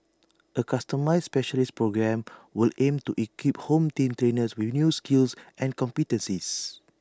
A customised specialist programme will aim to equip home team trainers with new skills and competencies